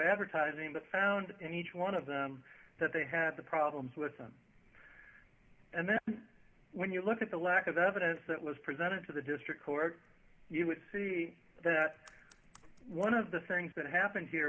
advertising but found in each one of them that they had the problems with them and then when you look at the lack of evidence that was presented to the district court you would see that one of the things that happened here